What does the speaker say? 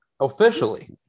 Officially